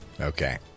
Okay